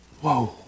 Whoa